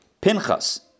Pinchas